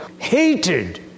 hated